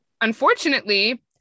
Unfortunately